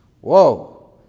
whoa